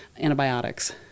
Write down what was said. antibiotics